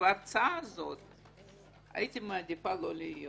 שבהצעה הזאת הייתי מעדיפה לא להיות